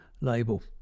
label